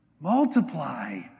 Multiply